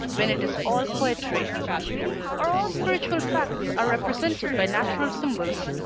when it is all poetry or all spiritual facts are represented by natural symbols.